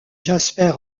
jasper